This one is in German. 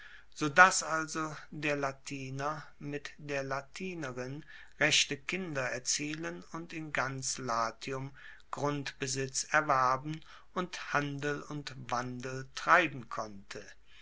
dass also der latiner mit der latinerin rechte kinder erzielen und in ganz latium grundbesitz erwerben und handel und wandel treiben konnte